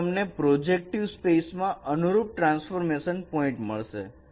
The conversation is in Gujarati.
જેથી તમને પ્રોજેક્ટિવ સ્પેસમાં અનુરૂપ ટ્રાન્સફોર્મેશન પોઇન્ટ મળે